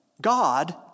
God